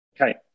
Okay